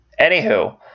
anywho